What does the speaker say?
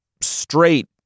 straight